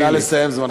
נא לסיים.